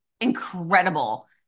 incredible